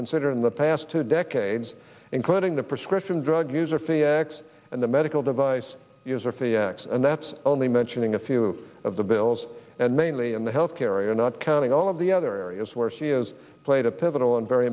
consider in the past two decades including the prescription drug user fee x and the medical device user fee x and that's only mentioning a few of the bills and mainly in the health care you're not counting all of the other areas where she has played a pivotal and very